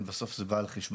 בסוף זה בא על חשבון,